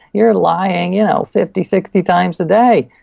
you're lying you know fifty, sixty times a day,